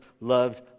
loved